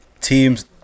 teams